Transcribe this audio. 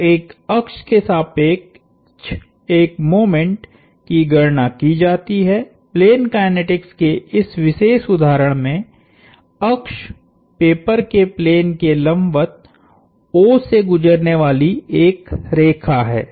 तो एक अक्ष के सापेक्ष एक मोमेंट की गणना की जाती है प्लेन काइनेटिक्स के इस विशेष उदाहरण में अक्ष पेपर के प्लेन के लंबवत O से गुजरने वाली एक रेखा है